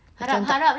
then tak